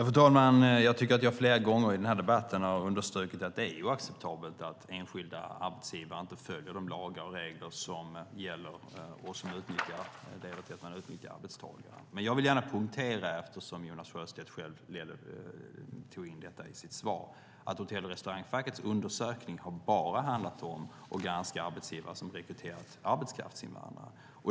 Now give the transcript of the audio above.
Fru talman! Jag tycker att jag flera gånger i debatten har understrukit att det är oacceptabelt att enskilda arbetsgivare inte följer de lagar och regler som gäller och som utnyttjar arbetstagare. Eftersom Jonas Sjöstedt tog upp det vill jag poängtera att Hotell och Restaurangfackets undersökning bara har granskat arbetsgivare som har rekryterat arbetskraftsinvandrare.